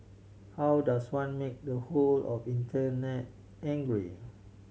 how does one make the whole of Internet angry